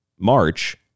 March